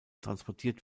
transportiert